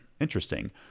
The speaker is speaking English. interesting